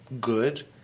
good